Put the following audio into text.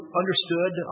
understood